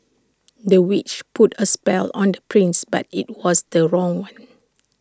the witch put A spell on the prince but IT was the wrong one